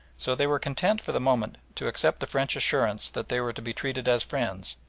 so they were content for the moment to accept the french assurance that they were to be treated as friends,